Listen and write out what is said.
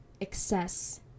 excess